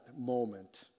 moment